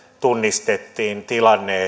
tunnistettiin tilanne